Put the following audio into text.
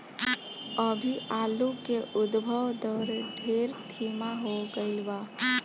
अभी आलू के उद्भव दर ढेर धीमा हो गईल बा